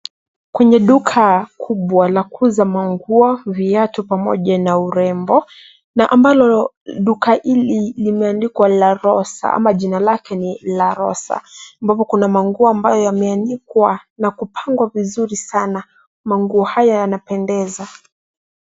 Kwenye duka kubwa la kuuza manguo, viatu pamoja na urembo na ambalo duka hili limeandikwa La Rosa ama jina lake ni La Rosa ambapo kuna manguo ambayo yameanikwa na kupangwa vizuri sana. Manguo haya yanapendeza.